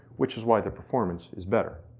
which is why the performance is better.